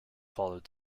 followed